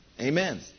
Amen